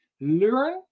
learn